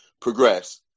progress